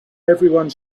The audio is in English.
everyone